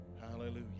hallelujah